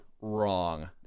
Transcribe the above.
Wrong